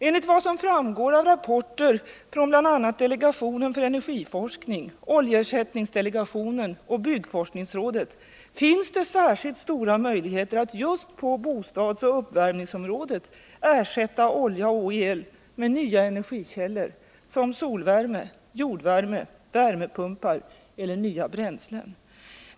Enligt vad som framgår av rapporter från bl.a. delegationen för energiforskning, oljeersättningsdelegationen och byggforskningsrådet finns det särskilt stora möjligheter att just på bostadsoch uppvärmningsområdet ersätta olja och el med nya energikällor som solvärme, jordvärme, värmepumpar eller nya bränslen.